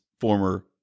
former